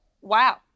wow